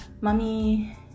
Mummy